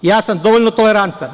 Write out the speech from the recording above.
Ja sam dovoljno tolerantan.